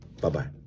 Bye-bye